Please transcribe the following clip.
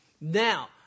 Now